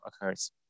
occurs